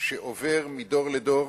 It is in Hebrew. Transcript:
שעובר מדור לדור